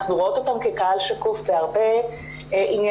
אנחנו רואות אותן כקהל שקוף בהרבה עניינים.